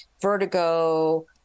Vertigo